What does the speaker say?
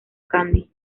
candy